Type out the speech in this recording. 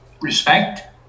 respect